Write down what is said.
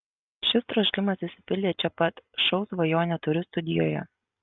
šis troškimas išsipildė čia pat šou svajonę turiu studijoje